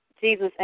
Jesus